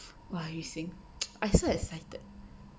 !wah! 雨欣 I so excited